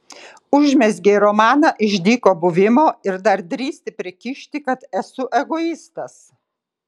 užmezgei romaną iš dyko buvimo ir dar drįsti prikišti kad esu egoistas